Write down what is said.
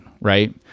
right